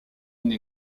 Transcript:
une